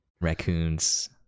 Raccoons